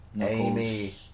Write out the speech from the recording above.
Amy